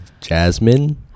jasmine